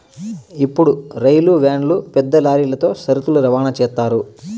ఇప్పుడు రైలు వ్యాన్లు పెద్ద లారీలతో సరుకులు రవాణా చేత్తారు